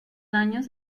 años